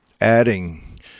adding